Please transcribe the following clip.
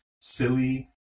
silly